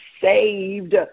saved